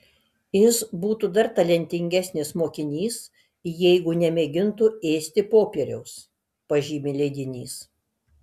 jis būtų dar talentingesnis mokinys jeigu nemėgintų ėsti popieriaus pažymi leidinys